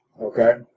Okay